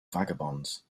vagabonds